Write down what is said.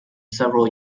several